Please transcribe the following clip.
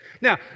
Now